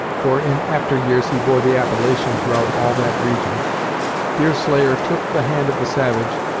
for in after years he bore the appellation throughout all that region deerslayer took the hand of the savage,